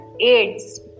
AIDS